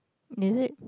is it